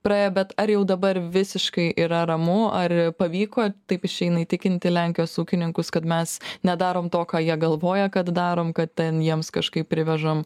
praėjo bet ar jau dabar visiškai yra ramu ar pavyko taip išeina įtikinti lenkijos ūkininkus kad mes nedarom to ką jie galvoja kad darom kad ten jiems kažkaip privežam